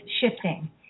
shifting